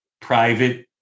private